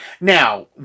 Now